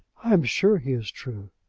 i am sure he is true.